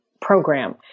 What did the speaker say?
program